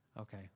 Okay